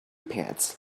pants